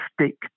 stick